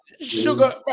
sugar